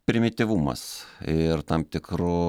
primityvumas ir tam tikrų